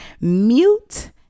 mute